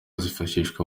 zifashishwa